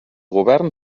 govern